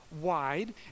wide